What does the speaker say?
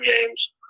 games